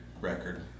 record